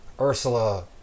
Ursula